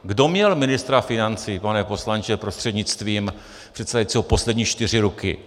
Kdo měl ministra financí, pane poslanče prostřednictvím předsedajícího, poslední čtyři roky?